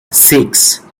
six